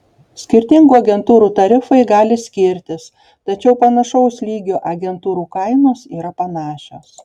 skirtingų agentūrų tarifai gali skirtis tačiau panašaus lygio agentūrų kainos yra panašios